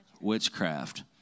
Witchcraft